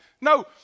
No